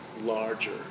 larger